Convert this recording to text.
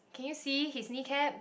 can you see his kneecap